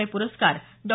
मय प्रस्कार डॉ